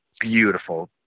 beautiful